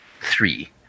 three